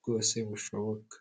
bwose bushoboka.